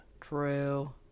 True